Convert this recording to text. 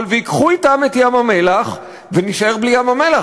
וייקחו אתם את ים-המלח ונישאר בלי ים-המלח.